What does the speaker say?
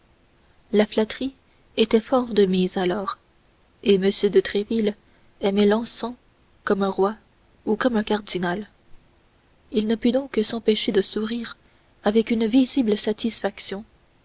la flatterie était fort de mise alors et m de tréville aimait l'encens comme un roi ou comme un cardinal il ne put donc s'empêcher de sourire avec une visible satisfaction